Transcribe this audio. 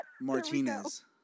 Martinez